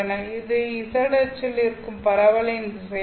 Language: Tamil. இது z அச்சில் இருக்கும் பரவலின் திசையாகும்